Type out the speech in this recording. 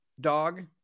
dog